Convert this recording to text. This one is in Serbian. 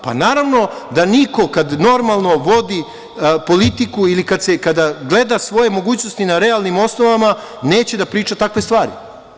Pa, naravno da niko kada normalno vodi politiku i kada gleda svoje mogućnosti na realnim osnovama neće da priča takve stvari.